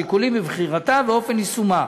השיקולים בבחירתה ואופן יישומה.